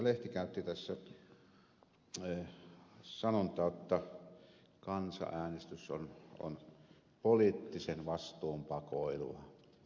lehti käytti tässä sanontaa jotta kansanäänestys on poliittisen vastuun pakoilua